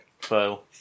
fail